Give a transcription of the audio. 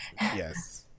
Yes